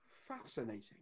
fascinating